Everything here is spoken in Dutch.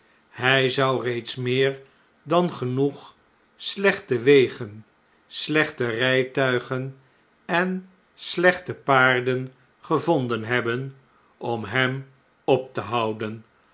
hg zou reeds meer dan genoeg slechte wegen slechte rjjtuigen en slechte paarden gevonden hebben om hem op te houden